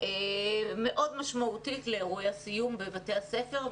מאוד משמעותית לאירועי הסיום בבתי הספר,